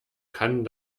kann